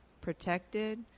protected